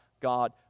God